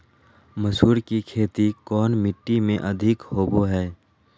मसूर की खेती कौन मिट्टी में अधीक होबो हाय?